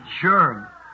Sure